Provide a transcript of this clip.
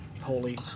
holy